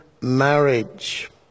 marriage